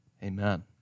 Amen